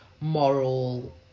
moral